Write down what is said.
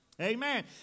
Amen